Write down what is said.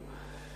אל תאמר כלום.